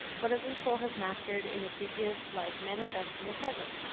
whatever the soul has mastered in a previous life manifests in the present.